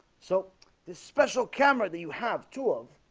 so this special camera that you have two of